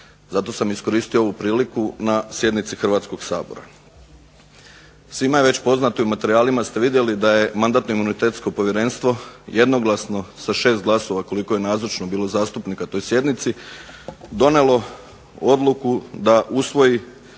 Zato sam iskoristio ovu priliku na sjednici Hrvatskog sabora. Svima je već poznato i u materijalima ste vidjeli da je Mandatno-imunitetsko povjerenstvo jednoglasno sa 6 glasova koliko je nazočno bilo zastupnika toj sjednici donijelo odluku da usvoji